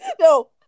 No